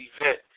event